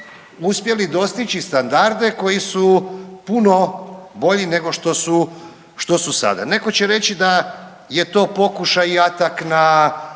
uspjeli dostići standarde koji su puno bolji nego što su sada. Netko će reći da je to pokušaj i atak na